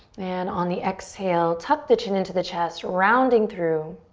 and on the exhale, tuck the chin into the chest, rounding through.